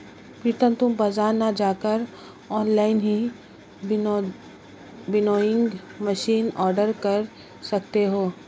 प्रितम तुम बाजार ना जाकर ऑनलाइन ही विनोइंग मशीन ऑर्डर कर सकते हो